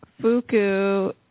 Fuku